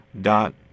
dot